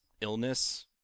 illness